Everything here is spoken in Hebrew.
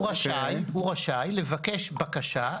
הוא רשאי לבקש בקשה,